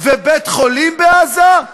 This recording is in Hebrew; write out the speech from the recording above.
ובית-חולים בעזה?